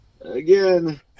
again